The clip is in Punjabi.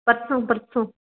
ਪਰਸੋਂ ਪਰਸੋਂ